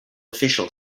official